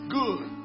good